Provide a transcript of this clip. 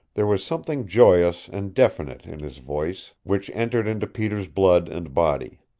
there was something joyous and definite in his voice which entered into peter's blood and body.